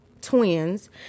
twins